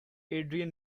adrian